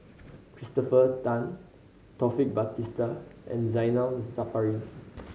Christopher Tan Taufik Batisah and Zainal Sapari